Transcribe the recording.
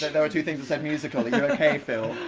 there were two things that said musical'. are you okay, phil?